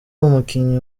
umukinnyi